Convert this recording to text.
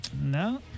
no